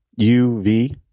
UV